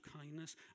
kindness